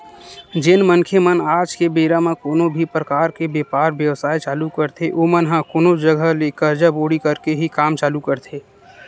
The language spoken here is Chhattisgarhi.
जेन मनखे मन आज के बेरा म कोनो भी परकार के बेपार बेवसाय चालू करथे ओमन ह कोनो जघा ले करजा बोड़ी करके ही काम चालू करथे